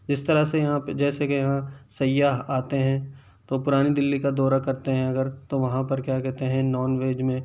جس طرح سے یہاں پہ جیسے کے یہاں سیاح آتے ہیں تو پرانی دلی کا دورہ کرتے ہیں اگر تو وہاں پر کیا کہتے ہیں نان ویج میں